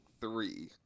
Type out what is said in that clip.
three